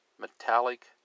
metallic